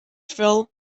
fell